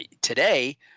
today